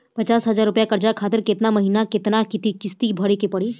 पचास हज़ार रुपया कर्जा खातिर केतना महीना केतना किश्ती भरे के पड़ी?